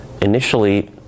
Initially